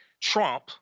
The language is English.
Trump